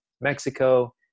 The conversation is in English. Mexico